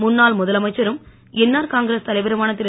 முன்னாள் முதலமைச்சரும் என்ஆர் காங்கிரஸ் தலைவருமான திரு